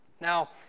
Now